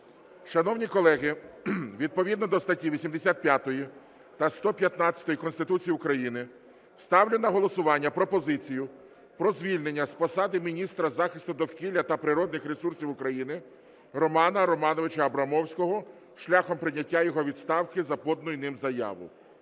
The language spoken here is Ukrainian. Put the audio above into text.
Шановні колеги, відповідно до статті 85 та 115 Конституції України ставлю на голосування пропозицію про звільнення з посади міністра захисту довкілля та природних ресурсів України Романа Романовича Абрамовського шляхом прийняття його відставки за поданою ним заявою.